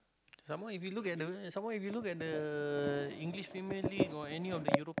some more if you look at the some more if you look at the English famously got any of the Europe